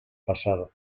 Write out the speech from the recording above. pasado